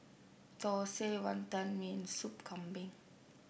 thosai Wantan Mee Sop Kambing